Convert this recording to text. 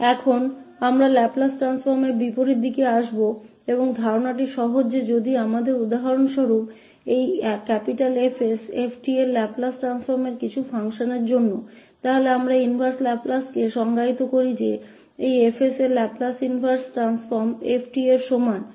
अब हम inverse Laplace परिवर्तन पर आएंगे और यह विचार सरल है कि यदि हमारे पास उदाहरण के लिए यह 𝑠 𝑡 का लाप्लास रूपान्तरण किसी फ़ंक्शन के लिए यह तो हम इनवर्स लाप्लास परिवर्तन को परिभाषित करते हैं क्योंकि इस 𝐹𝑠 का लाप्लास परिवर्तन 𝑓𝑡 के बराबर है